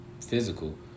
physical